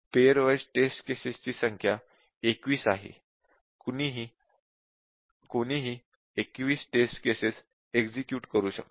pair wise test cases ची संख्या 21 आहे कोणीही 21 टेस्ट केसेस एक्झिक्युट करू शकतात